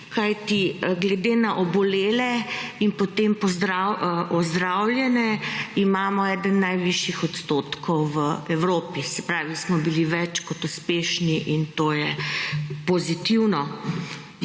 glede na obolele in potem ozdravljene, imamo eden najvišjih odstotkov v Evropi, se pravi, smo bili več kot uspešni in to je pozitivno.